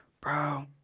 Bro